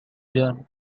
genre